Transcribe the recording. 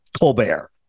Colbert